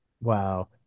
Wow